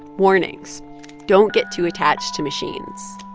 warnings don't get too attached to machines.